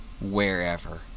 wherever